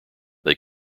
they